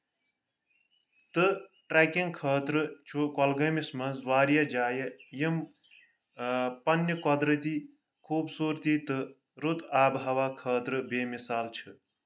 تہٕ ٹریکنگ خٲطرٕ چھُ کۄلگٲمِس منٛز واریاہ جایہِ یِم پنٕنہِ قۄدرٔتی خوٗبصوٗرتی تہٕ رُت آبہٕ ہوا خٲطرٕ بےٚ مِثال چھِ